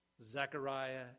Zechariah